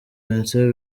vincent